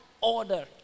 order